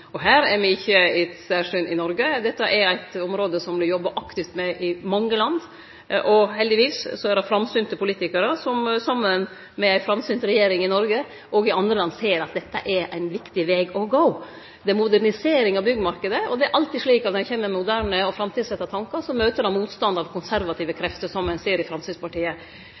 Her er me ikkje eit særsyn i Noreg. Dette er eit område som det vert jobba aktivt med i mange land. Heldigvis er det framsynte politikarar – som saman med ei framsynt regjering i Noreg og regjeringar i andre land – ser at dette er ein viktig veg å gå. Det er modernisering av byggmarknaden, og det er alltid slik at når det kjem moderne og framtidsretta tankar, så møter dei motstand av konservative krefter, som dei ein ser i Framstegspartiet.